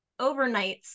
overnights